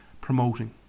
promoting